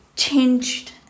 changed